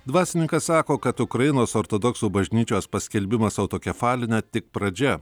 dvasininkas sako kad ukrainos ortodoksų bažnyčios paskelbimas autokefaline tik pradžia